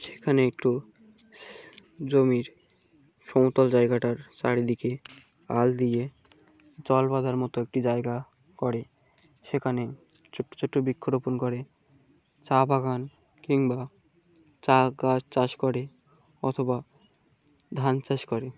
সেখানে একটু জমির সমতল জায়গাটার চারিদিকে আল দিয়ে জল বাঁধার মতো একটি জায়গা করে সেখানে ছোট্ট ছোট্ট বৃক্ষরোপণ করে চা বাগান কিংবা চা গাছ চাষ করে অথবা ধান চাষ করে